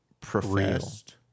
professed